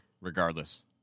regardless